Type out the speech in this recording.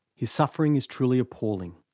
his suffering is truly appalling.